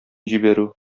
җибәрү